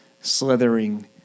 slithering